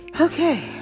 Okay